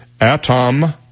ATOM